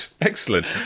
excellent